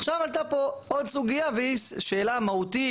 עכשיו עלתה פה עוד סוגיה והיא שאלה מהותית,